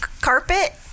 carpet